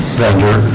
vendor